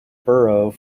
borough